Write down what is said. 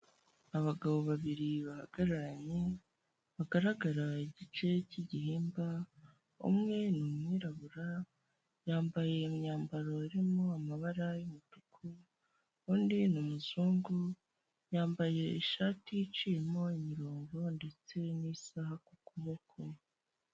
Abagabo babiri bahagararanye bagaragara igice cy'gihimba, umwe ni umwirabura yambaye imyambaro irimo amabara y'umutuku, undi ni umuzungu yambaye ishati iciyemo imirongo ndetse nisaha ku kuboko.